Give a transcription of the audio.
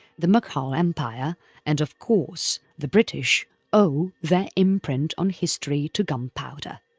the mughal empire and of course, the british owe their imprint on history to gunpowder.